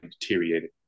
deteriorated